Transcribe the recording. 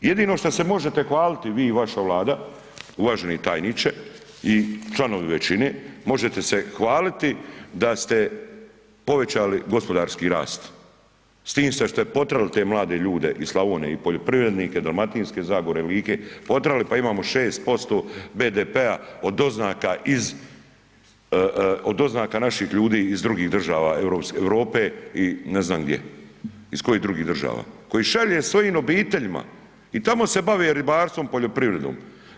Jedino što se možete hvaliti vi i vaša Vlada uvaženi tajniče i članovi većine, možete se hvaliti da ste povećali gospodarski rast, s tim što ste potjerali te mlade ljude iz Slavonije i poljoprivrednike Dalmatinske zagore, Like, potjerali pa imamo 6% BDP-a od doznaka iz, od doznaka naših ljudi iz drugih država Europe i ne znam gdje, iz kojih drugih država, koji šalju svojim obiteljima, i tamo se bave ribarstvom i poljoprivredom.